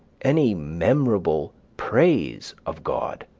any memorable praise of god.